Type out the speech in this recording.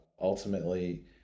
ultimately